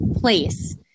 place